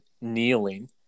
kneeling